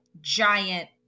giant